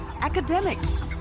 academics